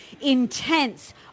intense